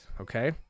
okay